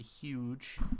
huge